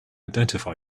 identify